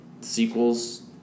sequels